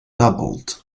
doubled